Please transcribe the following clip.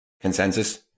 Consensus